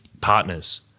partners